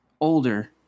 older